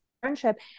friendship